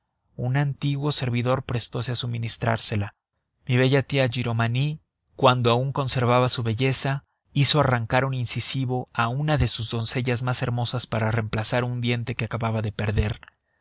un antiguo servidor prestose a suministrársela mi bella tía giromagny cuando aún conservaba su belleza hizo arrancar un incisivo a una de sus doncellas más hermosas para reemplazar un diente que acababa de perder